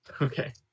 Okay